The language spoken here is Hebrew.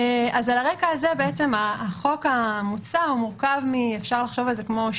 על הרקע הזה החוק המוצע מורכב אפשר לחשוב על זה כמו על